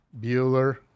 Bueller